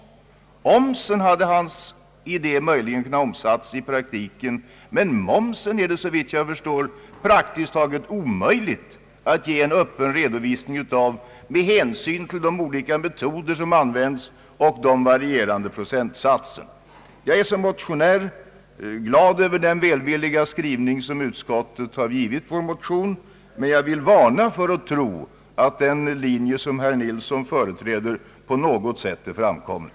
För omsen hade hans idé möjligen kunnat omsättas i praktiken, men momsen är det såvitt jag vet praktiskt taget omöjligt att ge en öppen redovisning av med hänsyn till de olika metoder som används och de varierande procentsatserna. Jag är som motionär glad över den välvilliga skrivning som utskottet har gett vår motion men vill varna någon för att tro att den linje som herr Ferdinand Nilsson företräder på något sätt är framkomlig.